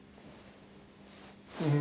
mmhmm